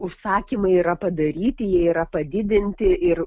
užsakymai yra padaryti jie yra padidinti ir